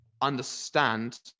understand